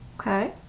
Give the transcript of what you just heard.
Okay